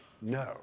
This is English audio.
No